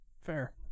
fair